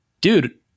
dude